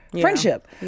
friendship